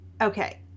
Okay